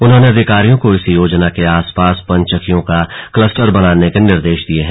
उन्होंने अधिकारियों को इस योजना के आस पास पन चक्कियों का क्लस्टर बनाने के निर्देश हैं